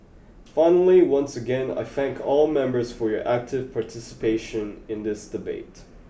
finally once again I thank all members for your active participation in this debate